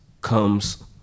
comes